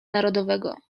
narodowego